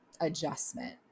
adjustment